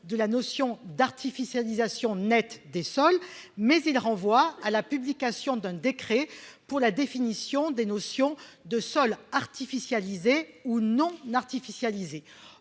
de la notion d'artificialisation nette des sols mais il renvoie à la publication d'un décret pour la définition des notions de sols artificialisés ou non n'artificialiser